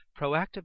Proactive